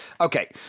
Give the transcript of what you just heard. Okay